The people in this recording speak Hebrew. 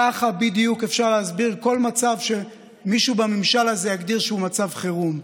ככה בדיוק אפשר להסביר כל מצב שמישהו בממשל הזה יגדיר שהוא מצב חירום.